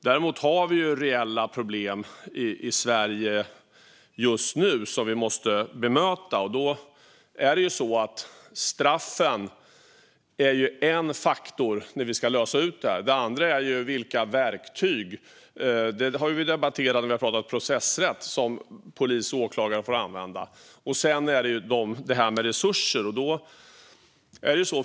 Vi har reella problem i Sverige just nu som vi måste bemöta. En faktor när vi ska lösa dem är straffen. En annan är vilka verktyg som polis och åklagare får använda, vilket vi har pratat om när vi har debatterat processrätt. Sedan är det resurser.